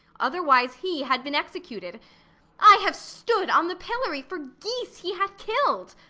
otherwise he had been executed i have stood on the pillory for geese he hath kill'd,